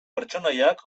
pertsonaiak